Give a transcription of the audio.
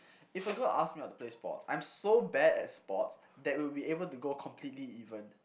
if a girl ask me out to play sports I'm so bad at sports that we'll be able to go completely even